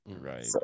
right